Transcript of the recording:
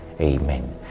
Amen